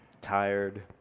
tired